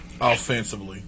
offensively